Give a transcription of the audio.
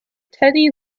teddy